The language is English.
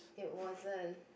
it wasn't